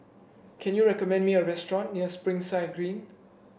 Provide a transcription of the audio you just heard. can you recommend me a restaurant near Springside Green